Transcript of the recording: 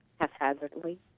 haphazardly